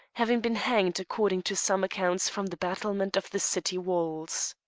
having been hanged, according to some accounts, from the battlements of the city walls.